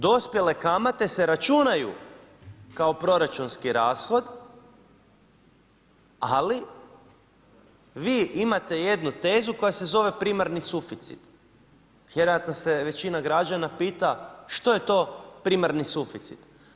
Dospjele kamate se računaju kao proračunski rashod, ali vi imate jednu tezu koja se zove primarni suficit, vjerojatno se većina građana pita što je to primarni suficit?